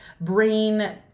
brain